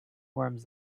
forms